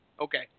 Okay